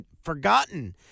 forgotten